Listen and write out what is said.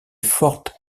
forte